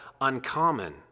uncommon